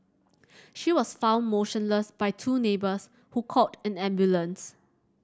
she was found motionless by two neighbours who called an ambulance